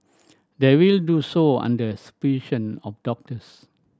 they will do so under supervision of doctors